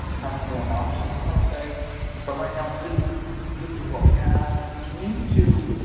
have some more options i'll say but right now this is this is what we have if you need to